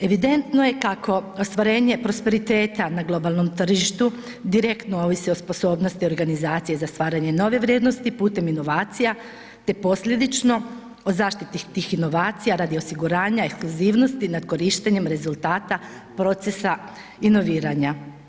Evidentno je kako ostvarenje prosperiteta na globalnom tržištu direktno ovisi o sposobnosti organizacije za stvaranje nove vrijednosti putem inovacija, te posljedično o zaštiti tih inovacija radi osiguranja ekskluzivnosti nad korištenjem rezultata procesa inoviranja.